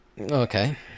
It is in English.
Okay